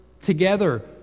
together